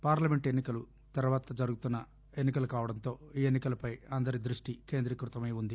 parliament ఎన్ని కలు తర్వాత జరుగుతున్న ఎన్ని కలు కావడంతో ఈ ఎన్ని కలపై అందరి దృష్టి కేంద్రీకృతమై ఉంది